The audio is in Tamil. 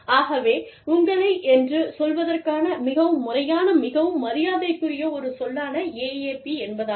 ஆகவே உங்களை என்று சொல்வதற்கான மிகவும் முறையான மிகவும் மரியாதைக்குரிய ஒரு சொல்லான AAP என்பதாகும்